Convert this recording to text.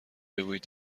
بگویید